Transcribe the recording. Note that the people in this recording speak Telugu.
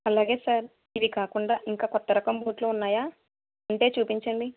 అలాగే సార్ ఇవి కాకుండా ఇంకా కొత్త రకం బూట్లు ఉన్నాయా ఉంటే చూపించండి